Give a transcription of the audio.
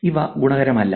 ഇവ ഗുണകരമല്ല